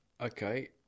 Okay